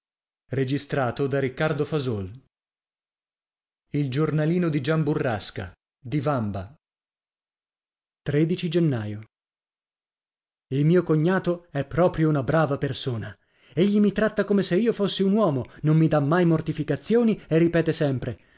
e io a io e gennaio il mio cognato è proprio una brava persona egli mi tratta come se io fossi un uomo non mi dà mai mortificazioni e ripete sempre